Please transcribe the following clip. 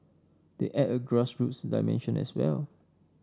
they add a grassroots dimension as well